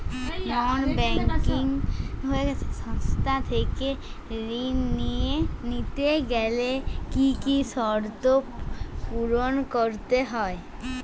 নন banking সংস্থা থেকে ঋণ নিতে গেলে কি কি শর্ত পূরণ করতে হয়?